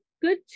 good